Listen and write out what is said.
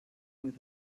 with